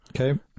Okay